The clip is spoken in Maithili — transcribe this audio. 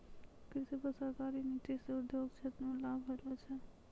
कृषि पर सरकारी नीति से उद्योग क्षेत्र मे लाभ होलो छै